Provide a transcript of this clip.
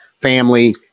family